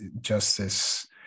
justice